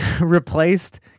replaced